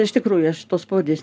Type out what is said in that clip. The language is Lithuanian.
iš tikrųjų aš tos pavardės